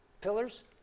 Pillars